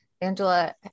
Angela